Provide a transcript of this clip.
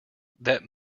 that